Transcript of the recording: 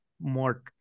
more